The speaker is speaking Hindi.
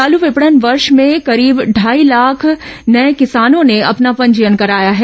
चालू विपणन वर्ष में करीब ढाई लाख नये किसानों ने अपना पंजीयन कराया है